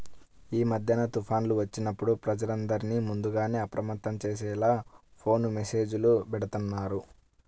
యీ మద్దెన తుఫాన్లు వచ్చినప్పుడు ప్రజలందర్నీ ముందుగానే అప్రమత్తం చేసేలా ఫోను మెస్సేజులు బెడతన్నారు